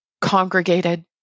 congregated